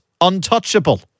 untouchable